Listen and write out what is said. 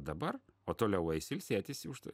dabar o toliau eis ilsėtis į užta